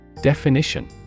Definition